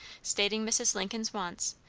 stating mrs. lincoln's wants,